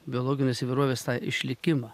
biologinės įvairovės tą išlikimą